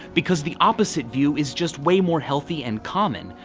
because the opposite view is just way more healthy and common.